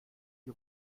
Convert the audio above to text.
die